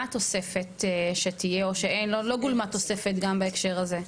מה התוספת שתהיה או שאין לא גולמה תוספת גם בהקשר הזה?